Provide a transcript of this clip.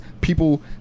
people